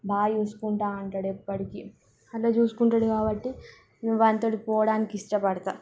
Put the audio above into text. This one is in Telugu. బాగా చూసుకుంటూ అంటాడు ఎప్పటికీ అటు చూసుకుంటాడు కాబట్టి ఇక వానితో పోవడానికి ఇష్టపడుతూ